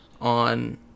on